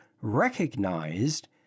recognized